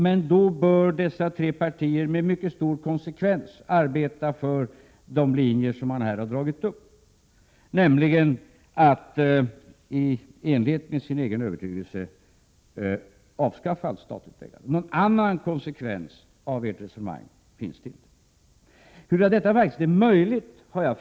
Men då bör dessa tre partier med mycket stor konsekvens arbeta för de linjer som man här har dragit upp, nämligen för att i enlighet med sin egen övertygelse avskaffa allt statligt ägande. Någon annan slutsats av ert resonemang kan inte dras. Jag har frågat mig hur detta verkligen kan vara möjligt.